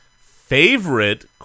favorite